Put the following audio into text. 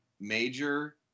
major